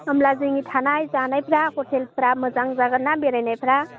होमब्ला जोंनि थानाय जानायफ्रा हथेलफ्रा मोजां जागोन्ना बेरायनायफ्रा